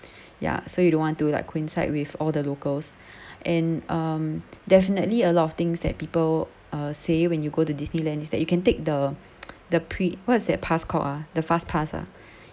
ya so you don't want to like coincide with all the locals and um definitely a lot of things that people uh say when you go to disneyland is that you can take the the pre~ what's that pass called uh the fast pass ah